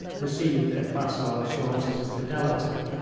received their facile assurances of fidelity,